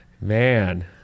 Man